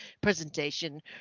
presentation